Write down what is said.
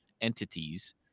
entities